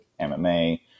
MMA